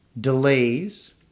delays